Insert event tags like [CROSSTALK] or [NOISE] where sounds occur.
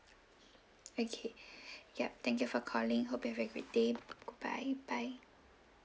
okay [BREATH] yup thank you for calling hope you have a great day goodbye bye